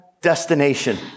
destination